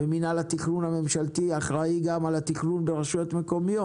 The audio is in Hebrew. ומינהל התכנון הממשלתי אחראי גם על התכנון ברשויות מקומיות.